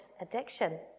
addiction